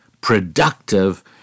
productive